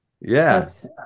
Yes